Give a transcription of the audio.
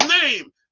name